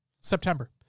September